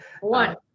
One